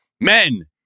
men